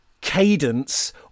cadence